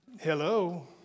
Hello